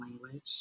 language